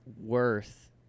worth